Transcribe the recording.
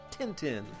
Tintin